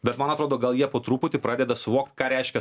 bet man atrodo gal jie po truputį pradeda suvokt ką reiškia